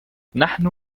نحن